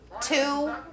two